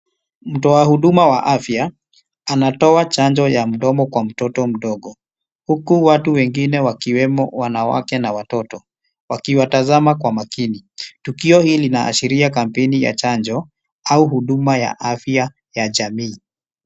Mtu wa huduma ya afya anatoa chanjo ya mdomo kwa mtoto mdogo, huku watu wengine wakiwemo wanawake na watoto wakiwatazama kwa makini. Tukio hili linaashiria kampeni ya chanjo au huduma ya afya ya jamii.